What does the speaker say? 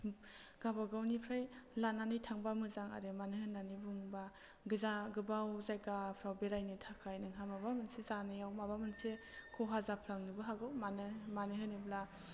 गाबा गावनिफ्रा लानानै थांबा मोजां आरो मानो होन्नानै बुंबा गोजा गोबाव जायगाफ्राव बेरायनो थाखाय नोंहा माबा मोनसे जानायाव माबा मोनसे खहा जाफ्लांनोबो हागौ मानो मानो होनोब्ला